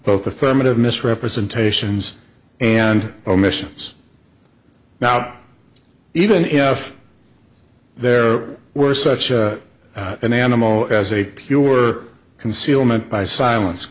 both affirmative misrepresentations and omissions not even if there were such an animal as a pure concealment by silence